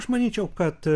aš manyčiau kad